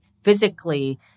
physically